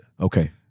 Okay